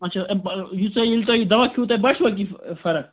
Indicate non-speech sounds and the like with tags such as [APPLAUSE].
اچھا امہِ پتہٕ یژاہ ییٚلہِ تۄہہِ یہِ دوا کھیٚوٕ تۄہہِ باسیوا کیٚنٛہہ [UNINTELLIGIBLE] فرق